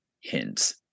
hints